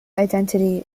identity